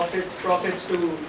its profits to